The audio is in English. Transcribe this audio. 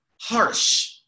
harsh